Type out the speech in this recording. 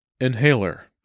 Inhaler